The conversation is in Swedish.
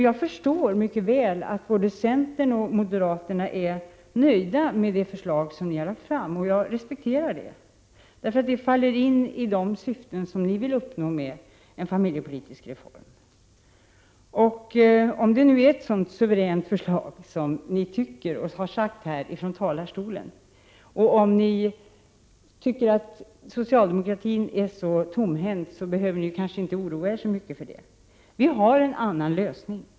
Jag förstår mycket väl att både centern och moderaterna är nöjda med de förslag de lagt fram. Jag respekterar det. Det faller in i de syften de vill uppnå med en familjepolitisk reform. Om era förslag nu är så suveräna som ni tycker och har sagt från talarstolen, och om ni tycker att socialdemokratin är så tomhänt, så behöver ni kanske inte oroa er så mycket. Vi har en annan lösning.